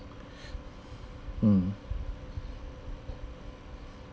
mm